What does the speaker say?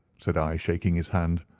said i, shaking his hand.